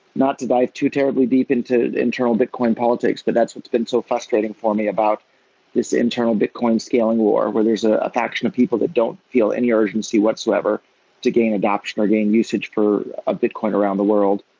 not to dive too terribly deep into internal bitcoin politics, but that's what's been so frustrating for me about this internal bitcoin scaling war, where there's ah a faction of people that don't feel any urgency whatsoever to gain adoption or gaining usage for a bitcoin around the world,